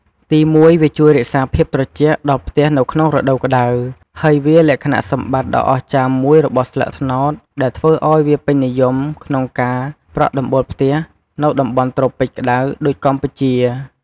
ទីមួយ វា ជួយរក្សាភាពត្រជាក់ ដល់ផ្ទះនៅក្នុងរដូវក្ដៅ ហើយវាលក្ខណៈសម្បត្តិដ៏អស្ចារ្យមួយរបស់ស្លឹកត្នោតដែលធ្វើឲ្យវាពេញនិយមក្នុងការប្រក់ដំបូលផ្ទះនៅតំបន់ត្រូពិចក្តៅដូចកម្ពុជា។